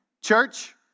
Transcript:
church